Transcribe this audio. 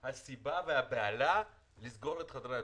אז מה הסיבה והבהלה לסגור את חדרי הכושר?